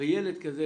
וילד כזה,